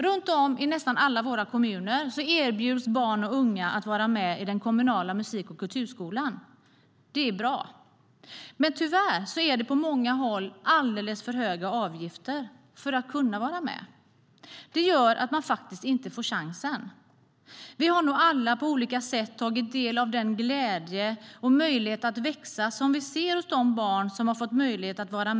Runt om i nästan alla våra kommuner erbjuds barn och unga att vara med i den kommunala musik och kulturskolan. Det är bra. Men tyvärr är det på många håll alldeles för höga avgifter för att man ska kunna delta, och det gör att många faktiskt inte får chansen. Vi har nog alla på olika sätt tagit del av den glädje och möjlighet att växa som vi ser hos de barn som är med i musik och kulturskolan.